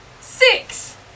six